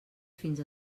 fins